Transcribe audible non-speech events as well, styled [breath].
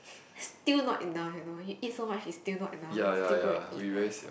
[breath] still not enough you know he eat so much he still not enough he still go and eat eh